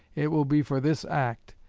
it will be for this act,